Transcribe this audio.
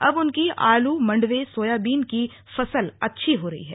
अब उनकी आलू मड़वे सोयाबीन की फसल अच्छी हो रही है